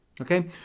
okay